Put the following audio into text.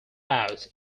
out